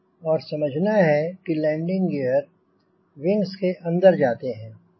और समझना है कि लैंडिंग गियर विंग्स के अंदर जाते हैं